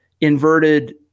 inverted